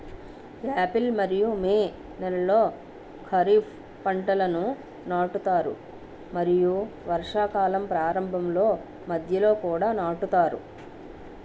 April మరియు May నెలలో ఖరీఫ్ పంటలను నాటుతారు మరియు వర్షాకాలం ప్రారంభంలో మధ్యలో కూడా నాటుతారు